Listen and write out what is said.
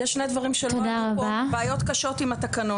יש שני דברים שלא עלו פה, בעיות קשות עם התקנות: